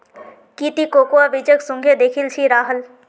की ती कोकोआ बीजक सुंघे दखिल छि राहल